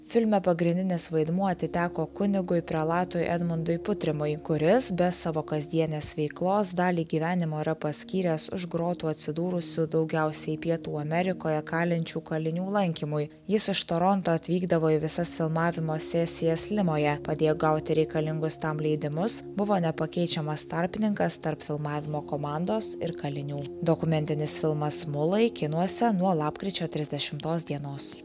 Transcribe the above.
filme pagrindinis vaidmuo atiteko kunigui prelatui edmundui putrimui kuris be savo kasdienės veiklos dalį gyvenimo yra paskyręs už grotų atsidūrusių daugiausiai pietų amerikoje kalinčių kalinių lankymui jis iš toronto atvykdavo į visas filmavimo sesijas limoje padėjo gauti reikalingus tam leidimus buvo nepakeičiamas tarpininkas tarp filmavimo komandos ir kalinių dokumentinis filmas mulai kinuose nuo lapkričio trisdešimtos dienos